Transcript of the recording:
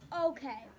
Okay